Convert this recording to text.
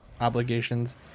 obligations